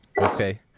Okay